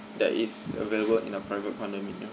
that is available in a private condominium